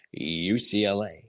UCLA